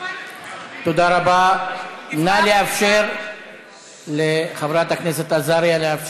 תודה רבה, נא לאפשר לחברת הכנסת עזריה להמשיך.